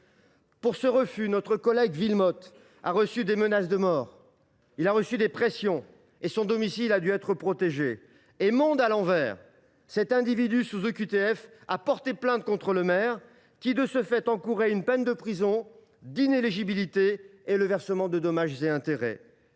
! À ce titre, notre collègue Wilmotte a reçu des menaces de mort et subi des pressions. Son domicile a dû être protégé. C’est le monde à l’envers : l’individu sous OQTF a porté plainte contre le maire, qui a de ce fait encouru une peine de prison et d’inéligibilité, ainsi que le versement de dommages et intérêts